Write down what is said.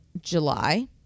July